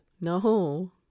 No